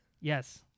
Yes